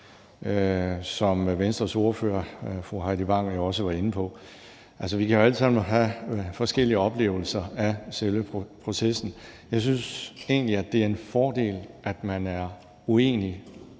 som Venstres ordfører, fru Heidi Bank, jo også var inde på. Altså, vi kan jo alle sammen have forskellige oplevelser af selve processen, men jeg synes egentlig, det er en fordel, at man er uenige,